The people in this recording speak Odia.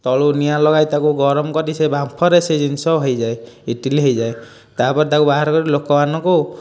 ତଳୁ ନିଆଁ ଲଗାଇ ତାକୁ ଗରମ କରି ସେ ବାମ୍ଫରେ ସେ ଜିନିଷ ହୋଇଯାଏ ଇଟିଲି ହୋଇଯାଏ ତାପରେ ତାକୁ ବାହାର କରି ଲୋକମାନଙ୍କୁ